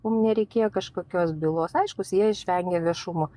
mum nereikėjo kažkokios bylos aišku jie išvengė viešumo